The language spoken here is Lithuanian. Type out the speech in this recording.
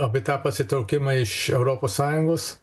apie tą pasitraukimą iš europos sąjungos